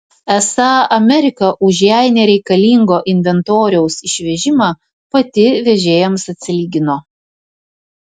esą amerika už jai nereikalingo inventoriaus išvežimą pati vežėjams atsilygino